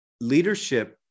leadership